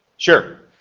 sure,